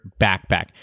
Backpack